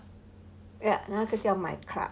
yup 那个叫 myClub